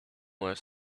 were